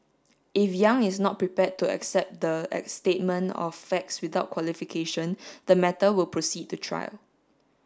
if Yang is not prepared to accept the statement of facts without qualification the matter will proceed to trial